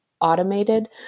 automated